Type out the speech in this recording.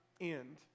end